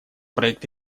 проект